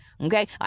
okay